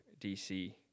DC